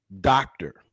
doctor